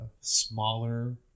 smaller